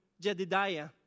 Jedidiah